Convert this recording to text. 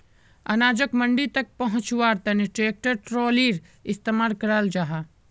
अनाजोक मंडी तक पहुन्च्वार तने ट्रेक्टर ट्रालिर इस्तेमाल कराल जाहा